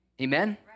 Amen